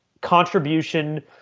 contribution